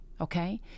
okay